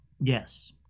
Yes